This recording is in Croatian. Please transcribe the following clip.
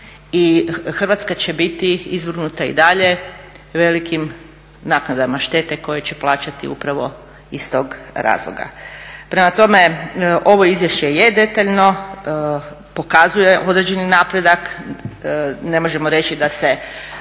i Hrvatska će biti izvrgnuta i dalje velikim naknadama štete koje će plaćati upravo iz tog razloga. Prema tome, ovo izvješće je detaljno, pokazuje određeni napredak, ne možemo reći da